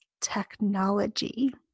Technology